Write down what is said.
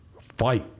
fight